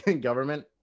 government